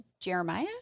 Jeremiah